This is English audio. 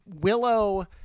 Willow